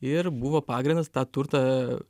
ir buvo pagrindas tą turtą